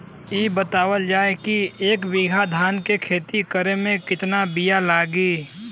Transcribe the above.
इ बतावल जाए के एक बिघा धान के खेती करेमे कितना बिया लागि?